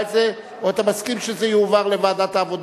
של חברת הכנסת